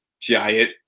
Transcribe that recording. giant